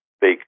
big